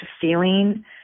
feeling